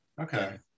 okay